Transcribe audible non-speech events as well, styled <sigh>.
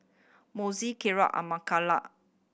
Moises Kirk <unintelligible>